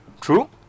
True